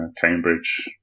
Cambridge